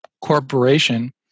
corporation